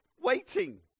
waiting